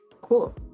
cool